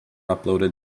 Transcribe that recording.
uploaded